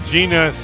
Gina